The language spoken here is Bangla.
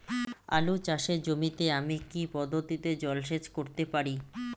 আলু চাষে জমিতে আমি কী পদ্ধতিতে জলসেচ করতে পারি?